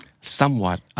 Somewhat